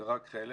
זה רק חלק.